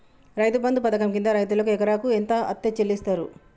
రైతు బంధు పథకం కింద రైతుకు ఎకరాకు ఎంత అత్తే చెల్లిస్తరు?